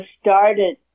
started